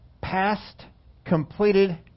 past-completed